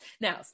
Now